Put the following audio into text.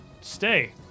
stay